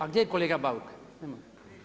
A gdje je kolega Bauk?